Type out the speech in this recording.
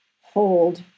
hold